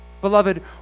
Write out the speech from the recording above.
Beloved